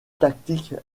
tactique